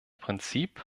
prinzip